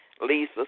Lisa